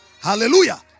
Hallelujah